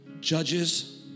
Judges